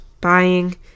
Buying